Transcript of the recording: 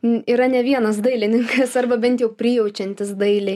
yra ne vienas dailininkas arba bent jau prijaučiantis dailei